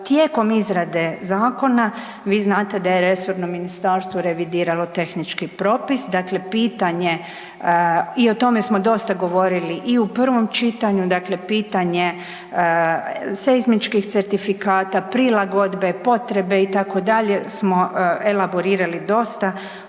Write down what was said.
Tijekom izrade zakona, vi znate da je resorno ministarstvo revidiralo tehnički propis i o tome smo dosta govorili i u prvom čitanju, dakle pitanje seizmičkih certifikata, prilagodbe, potrebe itd. smo elaborirali dosta